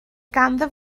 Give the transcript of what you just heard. ganddo